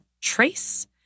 trace